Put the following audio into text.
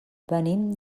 venim